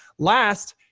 last,